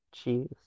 cheese